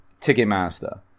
Ticketmaster